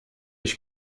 ich